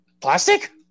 Plastic